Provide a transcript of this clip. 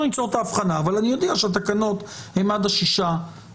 לא ניצור את ההבחנה אבל אני אודיע שהתקנות הן עד ה-6 באפריל.